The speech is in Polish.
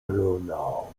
splunął